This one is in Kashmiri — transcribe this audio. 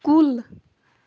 کُل